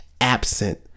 absent